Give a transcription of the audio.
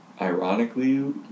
Ironically